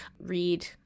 read